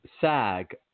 SAG